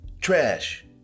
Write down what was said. Trash